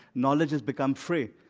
knowledge has become free.